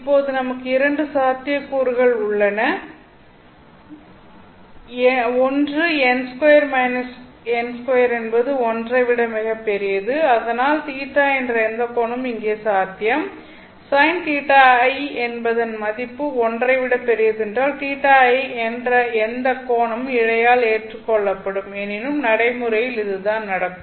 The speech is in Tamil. இப்போது நமக்கு இரண்டு சாத்தியக்கூறுகள் உள்ளன ஒன்று n 2 - n 2 என்பது ஒன்றை ஐ விட மிகப் பெரியது அதனால் θ என்ற எந்த கோணமும் இங்கே சாத்தியம் Sin θi என்பதன் மதிப்பு ஒன்றை விட பெரியதென்றால் θi என்ற எந்த கோணமும் இழையால் ஏற்றுக்கொள்ளப்படும் எனினும் நடைமுறையில் இதுதான் நடக்கும்